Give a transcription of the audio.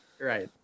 Right